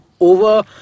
over